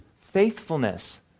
faithfulness